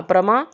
அப்புறமா